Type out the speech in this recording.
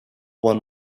one